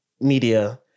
media